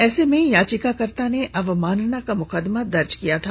ऐसे में याचिकाकर्ता ने अवमानना का मुकदमा दर्ज किया था